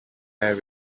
air